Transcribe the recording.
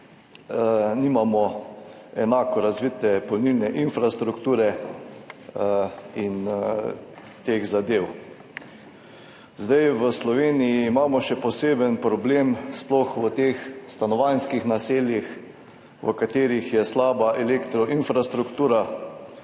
nimamo enako razvite polnilne infrastrukture in teh zadev. V Sloveniji imamo še poseben problem, sploh v teh stanovanjskih naseljih, v katerih je slaba elektro infrastruktura